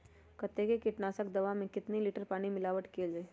कतेक किटनाशक दवा मे कितनी लिटर पानी मिलावट किअल जाई?